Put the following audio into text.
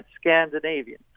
Scandinavian